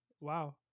Wow